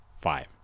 five